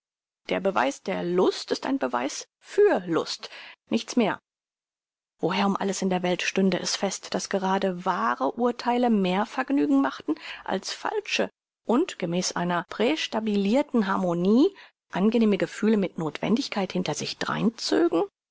der beweis der lust ist ein beweis für lust nichts mehr woher um alles in der welt stünde es fest daß gerade wahre urtheile mehr vergnügen machten als falsche und gemäß einer prästabilirten harmonie angenehme gefühle mit notwendigkeit hinter sich drein zögen